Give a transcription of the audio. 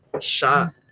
Shot